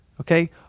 Okay